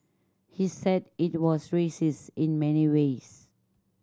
he said it was racist in many ways